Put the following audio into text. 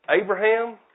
Abraham